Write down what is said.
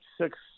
Six